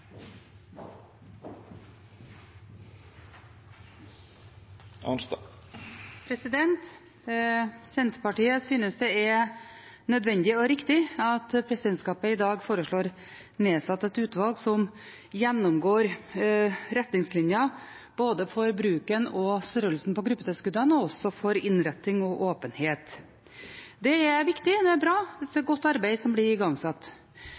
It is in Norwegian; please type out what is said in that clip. Senterpartiet synes det er nødvendig og riktig at presidentskapet i dag foreslår nedsatt et utvalg som gjennomgår retningslinjer både for bruken av og størrelsen på gruppetilskuddene og for innretning og åpenhet. Det er viktig, det er bra, det er et godt arbeid som blir igangsatt.